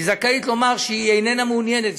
היא זכאית לומר שהיא איננה מעוניינת,